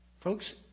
Folks